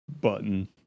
button